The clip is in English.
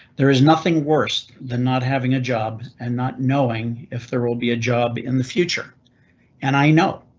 there is nothing worse than not having a job and not knowing if there will be a job in the future and i know.